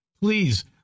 please